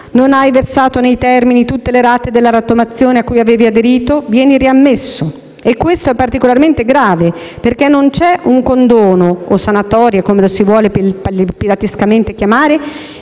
Non hai versato nei termini tutte le rate della rottamazione a cui avevi aderito? Vieni riammesso. Questo è particolarmente grave, perché non c'è un condono (o sanatoria come la si vuole pilatescamente chiamare)